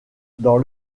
dans